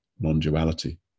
non-duality